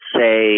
say